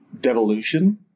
devolution